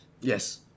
Yes